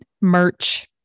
merch